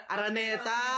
Araneta